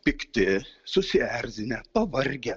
pikti susierzinę pavargę